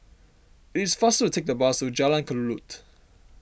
it is faster to take the bus to Jalan Kelulut